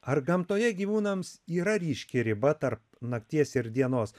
ar gamtoje gyvūnams yra ryški riba tarp nakties ir dienos